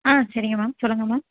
ஆ சரிங்க மேம் சொல்லுங்க மேம்